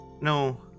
No